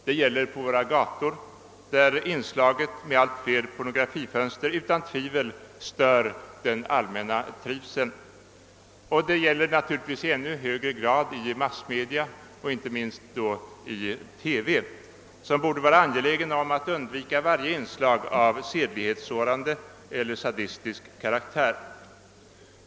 Det gäller våra gator, där inslaget av ett allt större' antal pornografiskyltfönster utan tvivel stör den allmänna trivseln, och naturligtvis gäller det i ännu högre grad massmedia, inte minst TV som borde vara angelägen om att undvika varje inslag av sedlighetssårande eller sadistisk karaktär.